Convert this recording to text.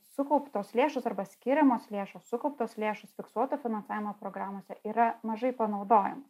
sukauptos lėšos arba skiriamos lėšos sukauptos lėšos fiksuoto finansavimo programose yra mažai panaudojamos